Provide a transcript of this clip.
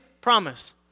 promise